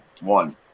one